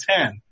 ten